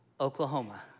Oklahoma